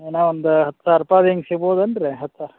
ಏನು ಒಂದು ಹತ್ತು ಸಾವಿರ ರೂಪಾಯ್ದು ಹಿಂಗೆ ಸಿಗ್ಬೋದೇನ್ ರೀ ಹತ್ತು ಸ